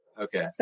Okay